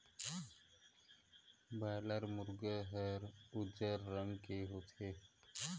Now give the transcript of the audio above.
boiler मुरगा हर उजर रंग के होथे